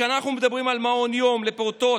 כשאנחנו מדברים על מעון יום לפעוטות,